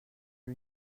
lui